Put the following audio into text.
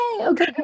okay